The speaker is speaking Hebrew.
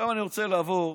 עכשיו אני רוצה לעבור,